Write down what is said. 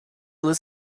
lives